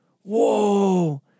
Whoa